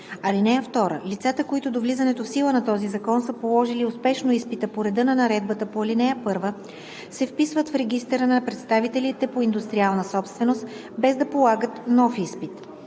(2) Лицата, които до влизането в сила на този закон са положили успешно изпита по реда на наредбата по ал. 1 се вписват в регистъра на представителите по индустриална собственост, без да полагат нов изпит.